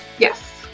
Yes